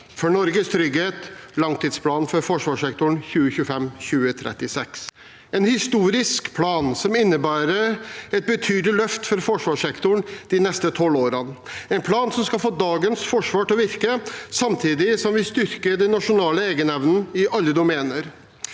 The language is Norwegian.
for Norges trygghet – Langtidsplan for forsvarssektoren 2025–2036. Det er en historisk plan som innebærer et betydelig løft for forsvarssektoren de neste tolv årene, en plan som skal få dagens forsvar til å virke, samtidig som vi styrker den nasjonale egenevnen i alle domener.